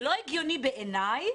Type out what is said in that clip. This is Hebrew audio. זה לא הגיוני בעיניי